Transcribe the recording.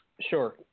Sure